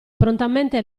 prontamente